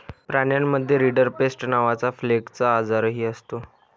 प्राण्यांमध्ये रिंडरपेस्ट नावाचा प्लेगचा आजारही असतो